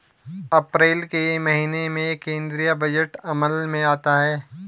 अप्रैल के महीने में केंद्रीय बजट अमल में आता है